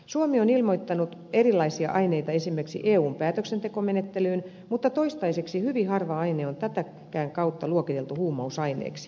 suomi on ilmoittanut erilaisia aineita esimerkiksi eun päätöksentekomenettelyyn mutta toistaiseksi hyvin harva aine on tätäkään kautta luokiteltu huumausaineeksi